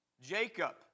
Jacob